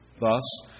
Thus